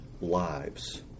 lives